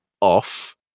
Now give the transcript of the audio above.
Off